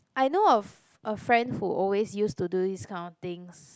I know of a friend who always use to do this kind of things